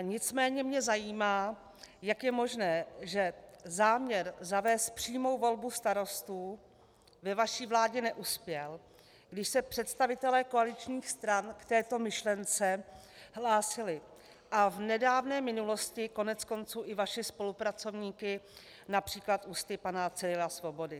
Nicméně mě zajímá, jak je možné, že záměr zavést přímou volbu starostů ve vaší vládě neuspěl, když se představitelé koaličních stran v této myšlence hlásili a v nedávné minulosti koneckonců i vaši spolupracovníci například ústy pana Cyrila Svobody.